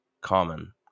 common